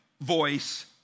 Voice